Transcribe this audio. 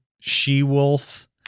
She-Wolf